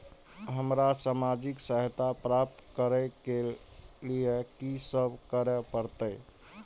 हमरा सामाजिक सहायता प्राप्त करय के लिए की सब करे परतै?